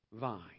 vine